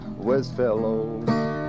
Westfellows